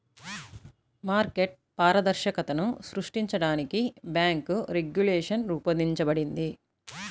market పారదర్శకతను సృష్టించడానికి bank regulation రూపొందించబడింది